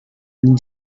and